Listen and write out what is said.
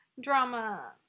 drama